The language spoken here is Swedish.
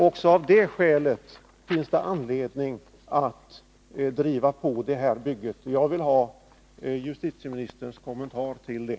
Också av det skälet finns det anledning att driva på det här bygget, och jag vill ha justitieministerns kommentar till det.